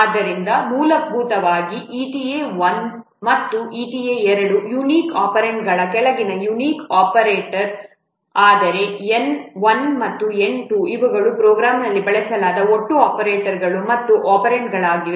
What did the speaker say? ಆದ್ದರಿಂದ ಮೂಲಭೂತವಾಗಿ eta 1 ಮತ್ತು eta 2 ಯುನಿಕ್ ಒಪೆರಾಂಡ್ಗಳ ಕೆಳಗಿನ ಯುನಿಕ್ ಆಪರೇಟರ್ಗಳು ಆದರೆ N 1 ಮತ್ತು N 2 ಇವುಗಳು ಪ್ರೋಗ್ರಾಂನಲ್ಲಿ ಬಳಸಲಾದ ಒಟ್ಟು ಆಪರೇಟರ್ಗಳು ಮತ್ತು ಒಪೆರಾಂಡ್ಗಳಾಗಿವೆ